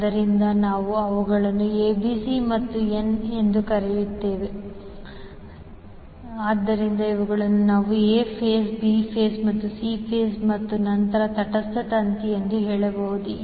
ಆದ್ದರಿಂದ ನಾವು ಅವುಗಳನ್ನು ABC ಮತ್ತು n ಎಂದು ಹೇಳುತ್ತೇವೆ ಆದ್ದರಿಂದ ಇವುಗಳನ್ನು ನಾವು A ಫೇಸ್ B ಫೇಸ್ ಮತ್ತು C ಫೇಸ್ ಮತ್ತು ನಂತರ ತಟಸ್ಥ ತಂತಿ ಎಂದು ಹೇಳಬಹುದು